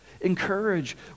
encourage